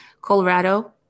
Colorado –